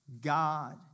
God